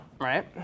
right